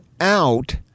out